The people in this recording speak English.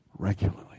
Regularly